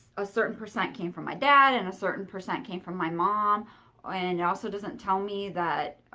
a certain percent came from my dad and a certain percent came from my mom. and it also doesn't tell me that,